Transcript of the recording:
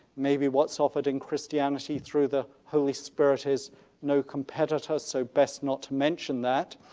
maybe what's offered in christianity through the holy spirit is no competitors, so best not to mention that.